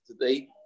today